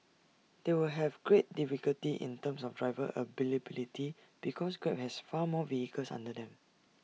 they will have great difficulty in terms of driver availability because grab has far more vehicles under them